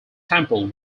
temple